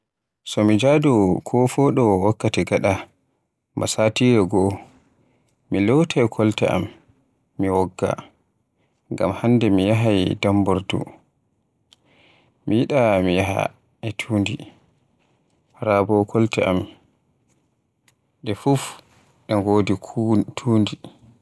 So mi jadowo ko foɗowo gaɗa ba satire goo mi lotay kolte am, mi wogga. Ngam mi yahaay dambordu. Mi yiɗa bo mi yaha e tundi raa bo kolte am ɗe fuf nde ngodi tundi.